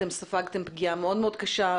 אתם ספגתם פגיעה מאוד מאוד קשה.